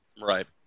Right